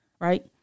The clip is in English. right